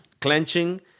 clenching